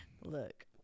look